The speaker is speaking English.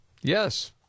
yes